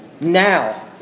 Now